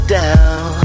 down